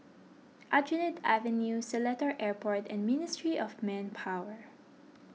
Aljunied Avenue Seletar Airport and Ministry of Manpower